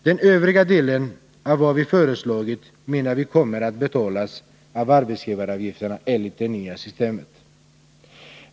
Den övriga delen av vad vi föreslagit menar vi kommer att betalas av arbetsgivaravgifterna, enligt det nya systemet.